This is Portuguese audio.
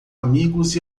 amigos